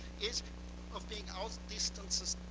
is of being out distanced